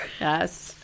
Yes